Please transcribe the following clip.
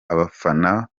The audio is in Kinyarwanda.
abafana